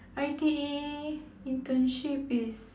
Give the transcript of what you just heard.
I_T_E internship is